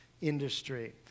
industry